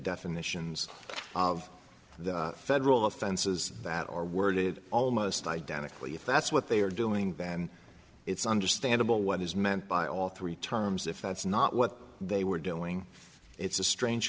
definitions of the federal offenses that or worded almost identically if that's what they are doing then it's understandable what is meant by all three terms if that's not what they were doing it's a strange